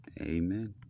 amen